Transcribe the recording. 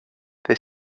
they